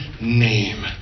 name